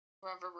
wherever